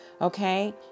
Okay